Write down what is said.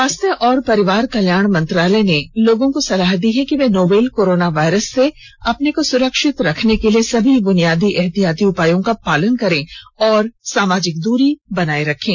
स्वास्थ्य और परिवार कल्याण मंत्रालय ने लोगों को सलाह दी है कि वे नोवल कोरोना वायरस से अपने को सुरक्षित रखने के लिए सभी बुनियादी एहतियाती उपायों का पालन करें और सामाजिक दूरी बनाए रखें